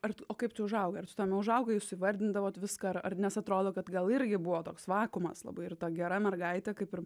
ar t o kaip tu užaugai ar tu tame užaugai jūs įvardindavot viską ar ar nes atrodo kad gal irgi buvo toks vakuumas labai ir gera mergaitė kaip ir